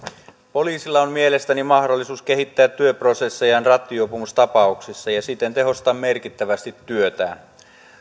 poliisilla on mielestäni mahdollisuus kehittää työprosessejaan rattijuopumustapauksissa ja siten tehostaa merkittävästi työtään